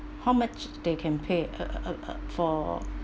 how much they can pay uh uh uh uh for